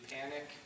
panic